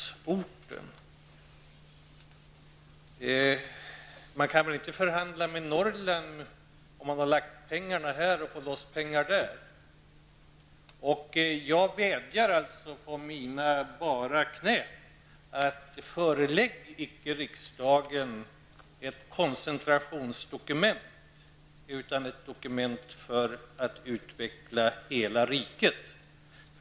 Man kan inte förhandla med Norrland om att få loss pengar om man har lagt pengarna här. Jag vädjar på mina bara knän: Förelägg inte riksdagen ett koncentrationsdokument, utan ett dokument för att utveckla hela riket!